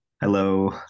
hello